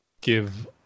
give